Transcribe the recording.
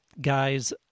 guys